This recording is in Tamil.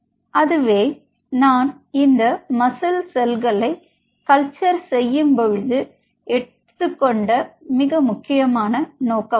அதுவே நான் இந்த மசில் செல்களை கல்ச்சர் செய்யும்பொழுது நான் எடுத்துக்கொண்ட முக்கியமான நோக்கம்